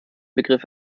begriff